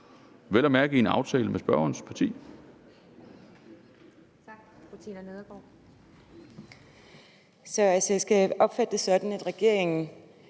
vel at mærke i en aftale med spørgerens parti.